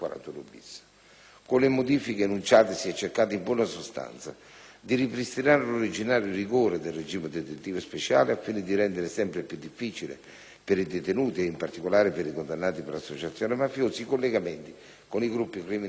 Con le modifiche enunciate si è cercato, in buona sostanza, di ripristinare l'originario rigore del regime detentivo speciale, al fine di rendere sempre più difficile per i detenuti e, in particolare per i condannati per associazione mafiosa, i collegamenti con i gruppi criminali di appartenenza.